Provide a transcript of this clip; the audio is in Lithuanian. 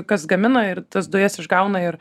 kas gamina ir tas dujas išgauna ir